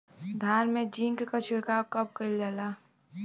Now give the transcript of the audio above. धान में जिंक क छिड़काव कब कइल जाला?